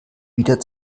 wieder